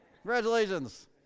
Congratulations